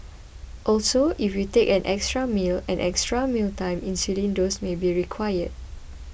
also if you take an extra meal an extra mealtime insulin dose may be required